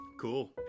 Cool